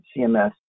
CMS